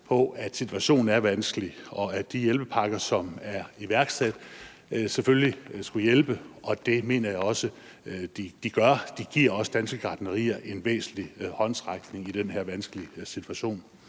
på, at situationen er vanskelig, og at de hjælpepakker, som er iværksat, selvfølgelig skulle hjælpe, og det mener jeg også de gør – de giver også danske gartnerier en væsentlig håndsrækning i den her vanskelige situation.